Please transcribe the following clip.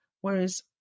Whereas